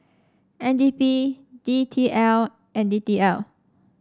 N D P D T L and D T L